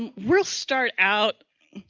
and we'll start out,